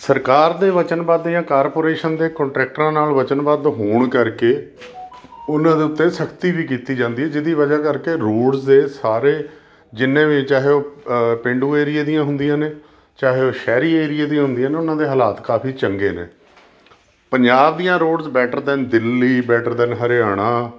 ਸਰਕਾਰ ਦੇ ਵਚਨਬੱਧ ਯਾਂ ਕਾਰਪੋਰੇਸ਼ਨ ਦੇ ਕੰਟਰੈਕਟਰਾਂ ਨਾਲ ਵਚਨਬੱਧ ਹੋਣ ਕਰਕੇ ਉਹਨਾਂ ਦੇ ਉੱਤੇ ਸਖਤੀ ਵੀ ਕੀਤੀ ਜਾਂਦੀ ਜਿਹਦੀ ਵਜ੍ਹਾ ਕਰਕੇ ਰੋਡਸ ਦੇ ਸਾਰੇ ਜਿੰਨੇ ਵੀ ਚਾਹੇ ਉਹ ਪੇਂਡੂ ਏਰੀਆ ਦੀਆਂ ਹੁੰਦੀਆਂ ਨੇ ਚਾਹੇ ਉਹ ਸ਼ਹਿਰੀ ਏਰੀਏ ਦੀ ਹੁੰਦੀਆਂ ਨੇ ਉਹਨਾਂ ਦੇ ਹਾਲਾਤ ਕਾਫੀ ਚੰਗੇ ਨੇ ਪੰਜਾਬ ਦੀਆਂ roads better than Delhi better than Haryana